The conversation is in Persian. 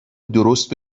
درست